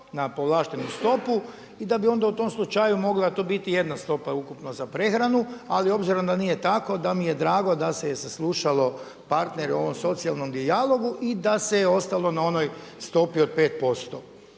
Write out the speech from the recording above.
na povlaštenu stopu i da bi onda u tom slučaju mogla to biti jedna stopa ukupno za prehranu. Ali obzirom da nije tako da mi je drago da se je saslušalo partnere u ovom socijalnom dijalogu i da se ostalo na onoj stopi od 5%.